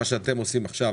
מה שאתם עושים עכשיו,